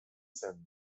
zen